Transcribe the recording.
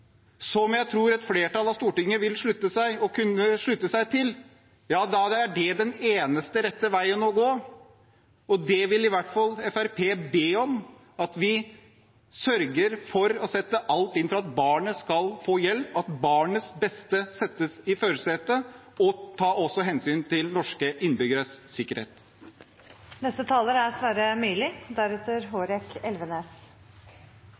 som jeg tror et flertall på Stortinget vil kunne slutte seg til, er det den eneste rette veien å gå. I hvert fall vil Fremskrittspartiet be om at vi sørger for å sette alt inn for at barnet skal få hjelp, at barnets beste settes i førersetet, og at vi også tar hensyn til norske innbyggeres sikkerhet. I valgkampen ble jeg oppringt og fikk et spørsmål om vindmøller. Mer korrekt var spørsmålet: Er